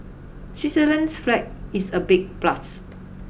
Switzerland's flag is a big plus